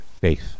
faith